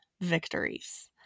victories